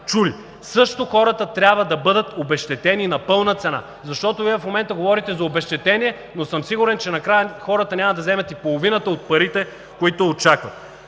чути. Също хората трябва да бъдат обезщетени на пълна цена, защото Вие в момента говорите за обезщетение, но съм сигурен, че накрая хората няма да вземат и половината от парите, които очакват.